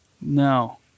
No